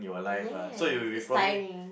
yes is tiring